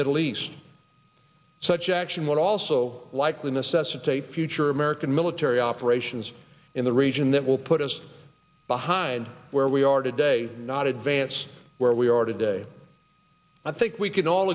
middle east such action would also likely necessitate future american military operations in the region that will put us behind where we are today not advance where we are today i think we can all